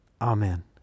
Amen